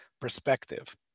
perspective